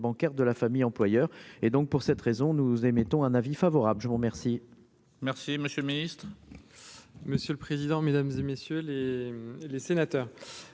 bancaire de la famille, employeurs et donc pour cette raison, nous émettons un avis favorable, je vous remercie.